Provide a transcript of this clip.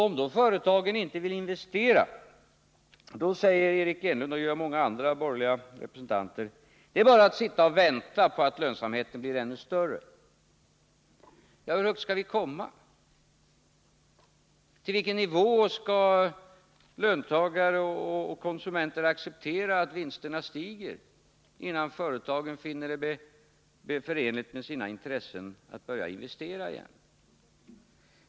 Om företagen då inte vill investera, säger Eric Enlund och många andra borgerliga representanter att det bara är att sitta och vänta på att lönsamheten blir ännu större. Men hur högt skall vi komma? Till vilken nivå skall löntagare och konsumenter acceptera att vinsterna stiger, innan företagen finner det förenligt med sina intressen att börja investera igen?